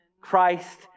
Christ